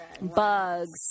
bugs